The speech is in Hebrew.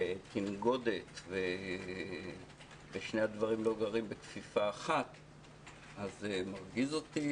תנגודת ושני הדברים לא דרים בכפיפה אחת אז זה מרגיז אותי,